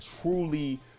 truly